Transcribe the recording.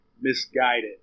misguided